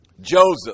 Joseph